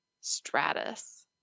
stratus